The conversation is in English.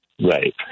Right